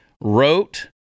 wrote